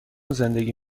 زندگی